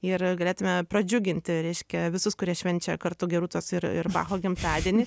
ir galėtume pradžiuginti reiškia visus kurie švenčia kartu gerūtos ir ir bacho gimtadienį